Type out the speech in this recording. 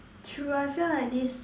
true I feel like this